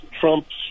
Trump's